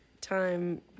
time